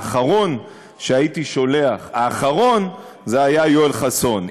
האחרון שהייתי שולח, האחרון, היה יואל חסון.